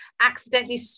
accidentally